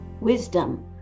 wisdom